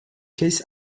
keith